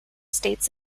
states